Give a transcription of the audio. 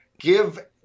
give